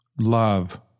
Love